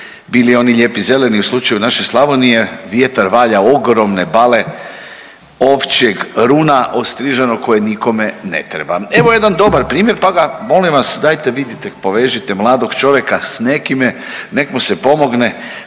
bili oni lijepi zeleni u slučaju naše Slavonije vjetar valja ogromne bale ovčjeg runa ostriženog koje nikome ne treba. Evo jedan dobar primjer, pa ga molim vas dajte, vidite, povežite mladog čovjeka s nekima nek mu se pomogne.